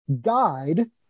guide